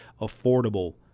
affordable